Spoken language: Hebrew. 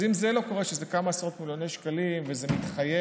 אז אם זה לא קורה וזה כמה עשרות מיליוני שקלים וזה מתחייב,